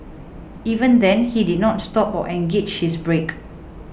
even then he did not stop or engaged his brake